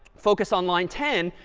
focus on line ten.